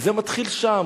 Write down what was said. וזה מתחיל שם.